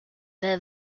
their